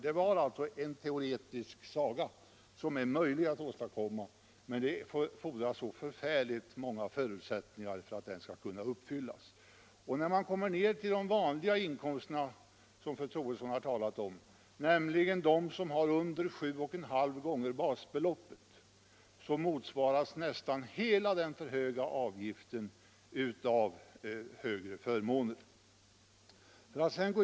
Det var alltså en konstruktion som är möjlig att åstadkomma i teorin, men det fordras att så förfärligt många förutsättningar föreligger. I de vanliga inkomstlägena, som fru Troedsson har talat om, de som understiger 7,5 basbelopp, motsvaras nästan hela den för höga avgiften av högre förmåner.